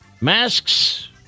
Masks